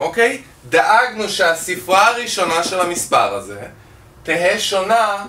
אוקיי? דאגנו שהספרה הראשונה של המספר הזה תהא שונה